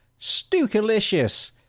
Stukalicious